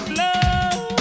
love